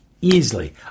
easily